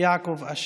יעקב אשר.